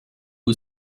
who